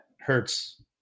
hurts